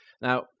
Now